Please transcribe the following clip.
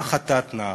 מה חטאת, נערה?